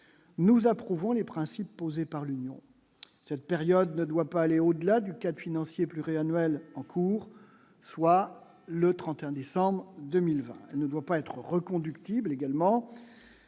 Nous approuvons les principes posés par l'Union cette période ne doit pas aller au-delà du cas de financier pluriannuel en cours, soit le 31 décembre 2020, ne doit pas être reconductible également